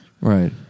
Right